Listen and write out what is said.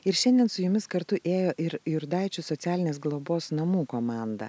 ir šiandien su jumis kartu ėjo ir jurdaičių socialinės globos namų komanda